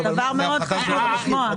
זה דבר מאוד חשוב לדעת,